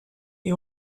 you